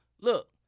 Look